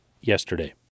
yesterday